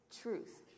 truth